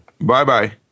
Bye-bye